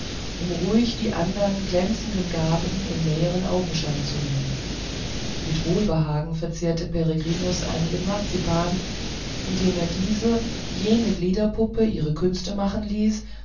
um ruhig die andern glänzenden gaben in näheren augenschein zu nehmen mit wohlbehagen verzehrte peregrinus einigen marzipan indem er diese jene gliederpuppe ihre künste machen ließ